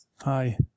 Hi